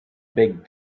big